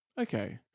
Okay